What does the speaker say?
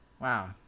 wow